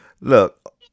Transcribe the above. Look